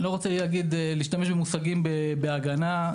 אני לא רוצה להשתמש במושגים בהגנה,